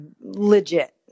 legit